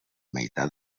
meitat